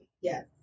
Yes